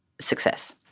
success